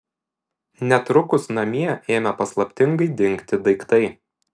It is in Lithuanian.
netrukus namie ėmė paslaptingai dingti daiktai